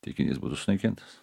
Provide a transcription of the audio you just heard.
taikinys būtų sunaikintas